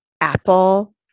Apple